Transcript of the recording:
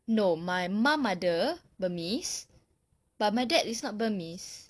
no my mum mother burmese but my dad is not burmese